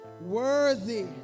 Worthy